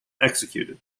executed